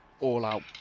all-out